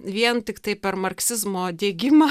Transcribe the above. vien tiktai per marksizmo diegimą